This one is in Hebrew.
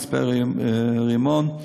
מצפה-רמון,